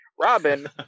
Robin